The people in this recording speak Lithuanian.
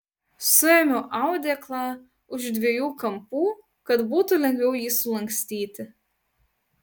suėmiau audeklą už dviejų kampų kad būtų lengviau jį sulankstyti